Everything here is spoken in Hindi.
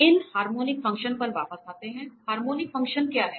इन हार्मोनिक फंक्शन पर वापस आते हैं हार्मोनिक फंक्शन क्या है